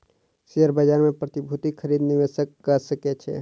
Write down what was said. share बाजार मे प्रतिभूतिक खरीद निवेशक कअ सकै छै